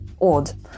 Odd